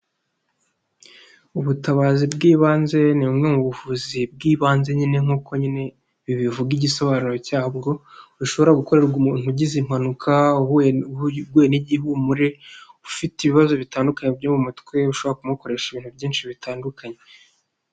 Ubutabazi bw'ibanze ni bumwe mu buvuzi bw'ibanze nyine nk'uko nyine bibivuga igisobanuro cyabwo, bushobora gukorerwa umuntu ugize impanuka, uguye n'igihumure, ufite ibibazo bitandukanye byo mu mutwe, ushobora kumukoresha ibintu byinshi bitandukanye.